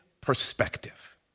perspective